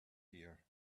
here